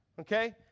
Okay